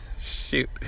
shoot